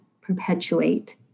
perpetuate